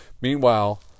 Meanwhile